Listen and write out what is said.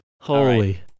holy